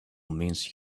means